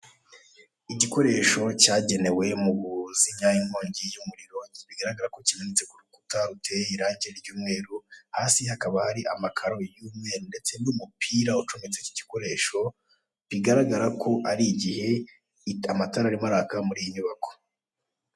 Igikoresho cyagenewe mu kuzimya inkongi y'umuriro bigaragara ko kibitse kurukuta ruteye irangi ry'umweru, hasi hakaba hari amakaro y'umweru ndetse n'umupira ucometse iki gikoresho bigaragara ko ari igihe amatara arimo araka muri iyi nyubako.